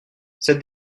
cette